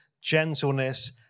gentleness